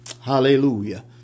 Hallelujah